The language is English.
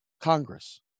Congress